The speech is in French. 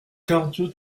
cadio